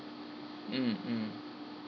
mm mm